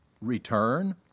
return